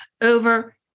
over